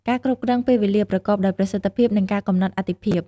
ការគ្រប់គ្រងពេលវេលា ប្រកបដោយប្រសិទ្ធភាព និងការកំណត់អាទិភាព។